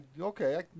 Okay